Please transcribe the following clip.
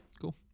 Cool